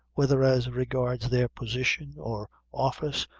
whether as regards their position or office,